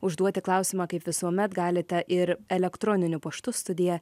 užduoti klausimą kaip visuomet galite ir elektroniniu paštu studija